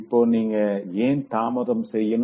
இப்போ நீங்க ஏன் தாமதம் செய்யணும்